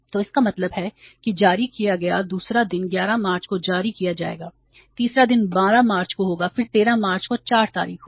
तो इसका मतलब है कि जारी किया गया दूसरा दिन 11 मार्च को जारी किया जाएगा तीसरा दिन 12 मार्च को होगा फिर 13 मार्च को 4 तारीख होगा